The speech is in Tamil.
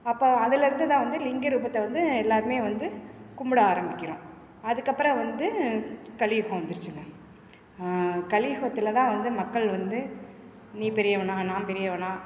அப்போது அதுலேருந்துதான் வந்து லிங்க ரூபத்தை வந்து எல்லோருமே வந்து கும்பிட ஆரம்பிக்கிறோம் அதுக்கு அப்புறம் வந்து கலியுகம் வந்துருச்சிங்க கலியுகத்தில் தான் வந்து மக்கள் வந்து நீ பெரியவனா நான் பெரியவனா